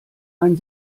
ein